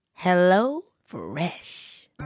HelloFresh